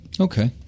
Okay